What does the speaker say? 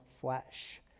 flesh